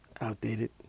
outdated